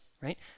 right